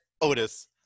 Otis